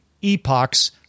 epochs